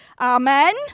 Amen